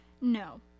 No